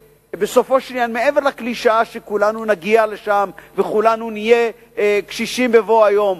מעבר לקלישאה שכולנו נגיע לשם וכולנו נהיה קשישים בבוא היום.